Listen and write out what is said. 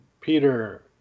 Peter